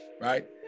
right